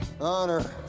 Honor